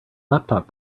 laptop